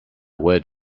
word